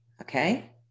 okay